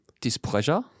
displeasure